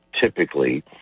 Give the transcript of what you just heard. typically